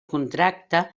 contracte